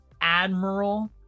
admiral